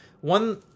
One